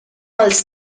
els